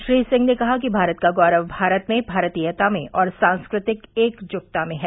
श्री सिंह ने कहा कि भारत का गौरव भारत में भारतीयता में और सांस्कृतिक एकजुटता में है